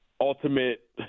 ultimate –